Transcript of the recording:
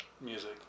music